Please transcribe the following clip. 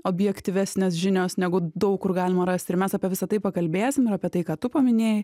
objektyvesnės žinios negu daug kur galima rasti ir mes apie visa tai pakalbėsim ir apie tai ką tu paminėjai